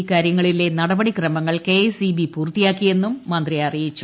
ഇക്കാരൃങ്ങളിലെ നടപടിക്രമങ്ങൾ കെഎസ്ഇബി പൂർത്തിയാക്കിയെന്നും മന്ത്രി പറഞ്ഞു